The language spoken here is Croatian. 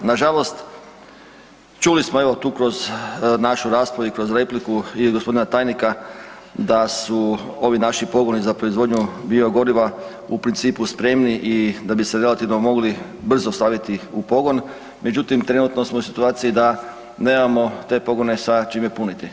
Nažalost, čuli smo evo tu kroz našu raspravu i kroz repliku i g. tajnika, da su ovi naši pogoni za proizvodnju biogoriva u principu spremni i da bi se relativno mogli brzo staviti u pogon, međutim trenutno smo u situaciji da nemamo te pogone sa čime puniti.